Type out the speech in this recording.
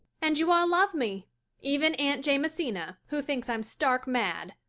and you all love me even aunt jamesina, who thinks i'm stark mad.